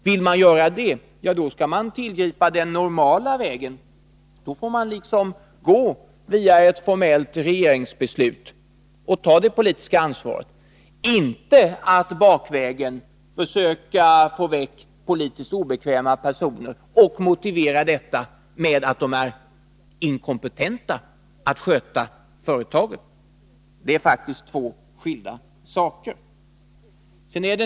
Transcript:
Vill man göra det skall man tillgripa den normala vägen. Då får man gå via ett formellt regeringsbeslut och ta det politiska ansvaret — inte bakvägen försöka få väck politiskt obekväma personer och motivera detta med att de är inkompetenta — Vissa frågor röatt sköta ett visst företag. rande den statliga Det är faktiskt två skilda saker.